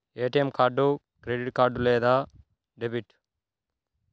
ATM card credit లేదా debit?